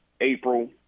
April